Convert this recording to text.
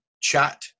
chat